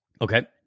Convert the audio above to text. Okay